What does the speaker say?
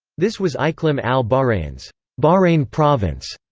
this was iqlim al-bahrayn's bahrayn province.